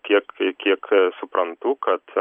kiek kiek suprantu kad